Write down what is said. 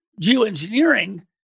geoengineering